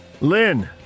Lynn